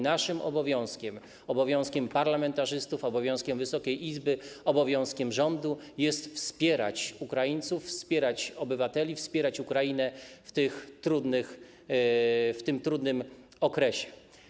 Naszym obowiązkiem, obowiązkiem parlamentarzystów, obowiązkiem Wysokiej Izby, obowiązkiem rządu jest wspierać Ukraińców, wspierać jej obywateli, wspierać Ukrainę w tym trudnym okresie.